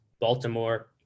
Baltimore